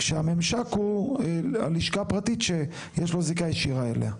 כשהממשק הוא לשכה פרטית שיש לו זיקה ישירה אליה.